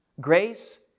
Grace